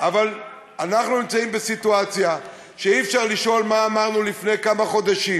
אבל אנחנו נמצאים בסיטואציה שאי-אפשר לשאול מה אמרנו לפני כמה חודשים.